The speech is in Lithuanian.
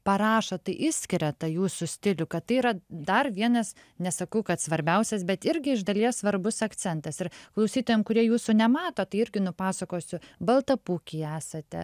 parašot tai išskiria tą jūsų stilių kad tai yra dar vienas nesakau kad svarbiausias bet irgi iš dalies svarbus akcentas ir klausytojam kurie jūsų nemato tai irgi nupasakosiu baltapūkiai esate